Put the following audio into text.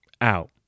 out